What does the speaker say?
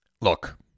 Look